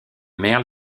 merle